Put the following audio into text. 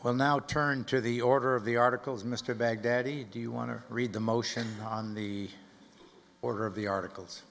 well now turn to the order of the articles mr baghdadi do you want to read the motion on the order of the articles